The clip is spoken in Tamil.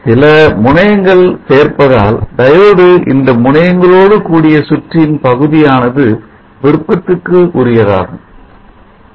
சில முனையங்களை சேர்ப்பதால் டயோடு இந்த முனையங்களோடு கூடிய சுற்றின் பகுதியானது விருப்பத்துக்கு உரியதாகும்